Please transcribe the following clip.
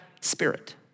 spirit